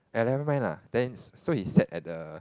!aiya! never mind lah then so he sat at the